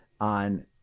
on